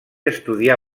estudià